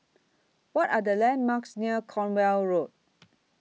What Are The landmarks near Cornwall Road